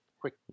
quick